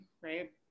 right